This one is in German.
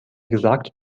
gesagt